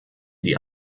die